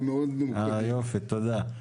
יופי, תודה.